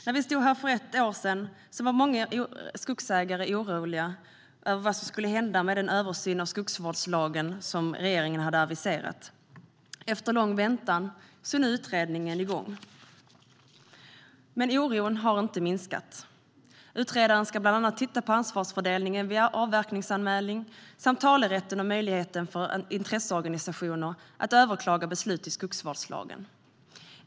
När vi stod här för ett år sedan var många skogsägare oroliga för vad som skulle hända med den översyn av skogsvårdslagen som regeringen aviserat. Efter lång väntan är utredningen nu igång, men oron har inte minskat. Utredaren ska bland annat titta på ansvarsfördelning vid avverkningsanmälning samt talerätten och möjligheten för intresseorganisationer att överklaga beslut i skogsvårdslagen.